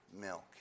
milk